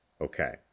Okay